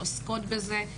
שעוסקות בזה,